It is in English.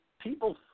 people